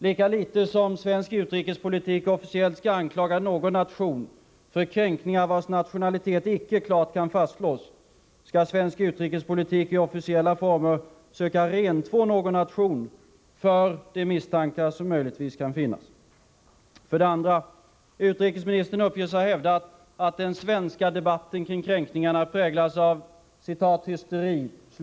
Lika litet som svensk utrikespolitik officiellt skall anklaga någon nation för kränkningar vars nationella ursprung icke kan fastslås skall svensk utrikespolitik i officiella former söka rentvå någon nation från de misstankar som möjligtvis kan finnas. För det andra uppges utrikesministern ha hävdat att den svenska debatten kring kränkningarna präglas av ”hysteri”.